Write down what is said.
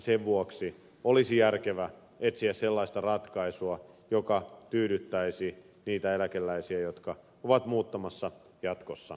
sen vuoksi olisi järkevää etsiä sellaista ratkaisua joka tyydyttäisi niitä eläkeläisiä jotka ovat muuttamassa jatkossa